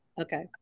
Okay